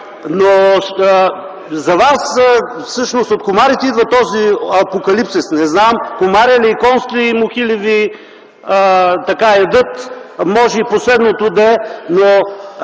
Но за вас всъщност от комарите идва този апокалипсис. Не знам комари ли, конски мухи ли ви ядат, може и последното да е. Но